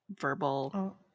verbal